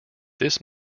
this